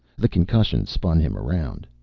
the concussion spun him around.